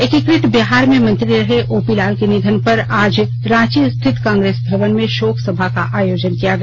एकीकृत बिहार में मंत्री रहे ओपी लाल के निधन पर आज रांची स्थित कांग्रेस भवन में शोक सभा का आयोजन किया गया